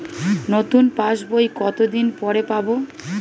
নতুন পাশ বই কত দিন পরে পাবো?